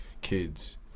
kids